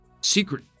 secret